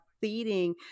feeding